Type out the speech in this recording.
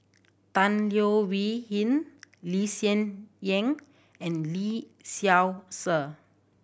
Tan Leo Wee Hin Lee Hsien Yang and Lee Seow Ser